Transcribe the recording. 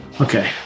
Okay